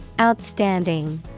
Outstanding